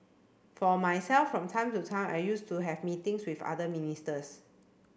for myself from time to time I used to have meetings with other ministers